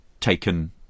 taken